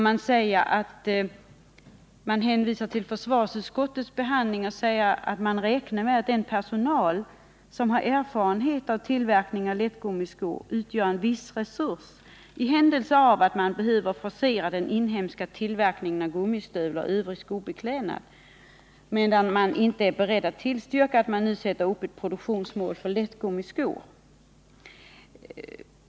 Man hänvisar till försvarsutskottets behandling a M M ) sörjningsberedoch säger att man räknar med att personal som har erfarenhet av tillverkning skapen på skoomav lättgummiskor utgör en viss resurs i händelse av att man behöver forcera rådet den inhemska tillverkningen av gummistövlar och övrig skobeklädnad. Man är dock inte beredd att sätta upp ett produktionsmål för lättgummiskor.